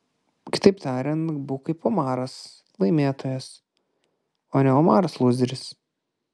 kitaip tariant būk kaip omaras laimėtojas o ne omaras lūzeris